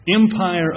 Empire